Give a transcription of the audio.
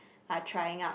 are trying out